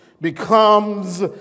becomes